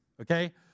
okay